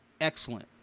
excellent